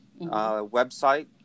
website